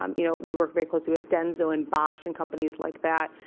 um you know, we work very closely with denso and bosch and companies like that.